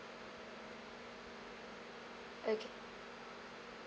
okay